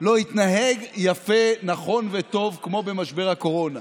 לא התנהג יפה, נכון וטוב כמו במשבר הקורונה.